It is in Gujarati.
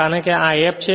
કારણ કે આ f છે